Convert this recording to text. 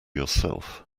yourself